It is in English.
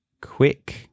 quick